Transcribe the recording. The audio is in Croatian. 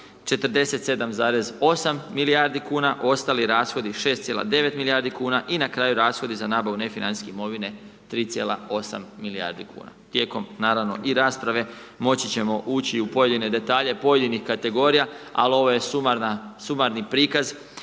47,8 milijarde kn, ostali rashodi, 6,9 milijardi kn i na kraju rashodi za nabavu nefinancijske imovine 3,8 milijardi kn. Tijekom naravno i rasprave, moći ćemo ući u pojedine detalje pojedinih kategorija, ali ovo sumarni prikaz